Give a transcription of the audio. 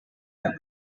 add